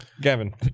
Gavin